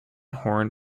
horn